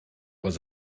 was